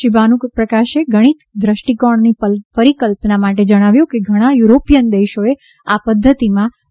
શ્રી ભાનુપ્રકાશે ગણિત ક્રષ્ટિકોણની પરિકલ્પના માટે જણાવ્યું કે ઘણા યુરોપીયન દેશોએ આ પદ્ધતિમાં રસ દાખવ્યો છે